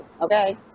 okay